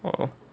oh